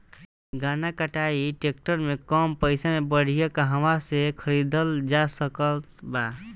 गन्ना कटाई ट्रैक्टर कम पैसे में बढ़िया कहवा से खरिदल जा सकत बा?